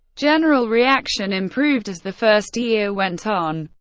general reaction improved as the first year went on.